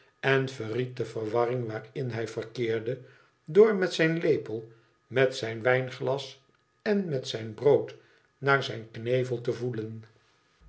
en verried de verwarring waarin hij verkeerde door met zijn lepel met zijn wijnglas en met zijn brood naar zijn knevel te voelen